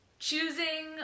choosing